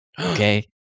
okay